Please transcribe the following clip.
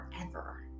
forever